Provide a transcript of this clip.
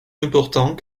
important